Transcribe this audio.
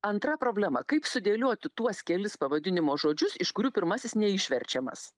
antra problema kaip sudėlioti tuos kelis pavadinimo žodžius iš kurių pirmasis neišverčiamas